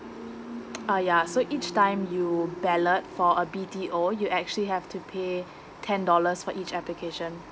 uh yeah so each time you ballot for a B_T_O you actually have to pay ten dollars for each application